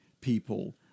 people